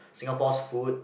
Singapore's food